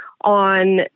on